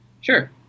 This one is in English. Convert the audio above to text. Sure